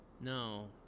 No